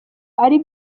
ari